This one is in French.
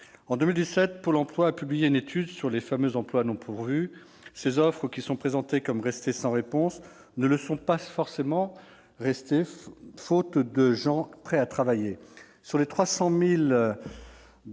En 2017, Pôle emploi a publié une étude sur les fameux emplois non pourvus. Ces offres restées sans réponse ne le sont pas forcément faute de « gens prêts à travailler ». Sur les 300 000